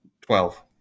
Twelve